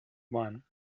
one